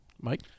mike